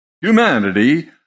humanity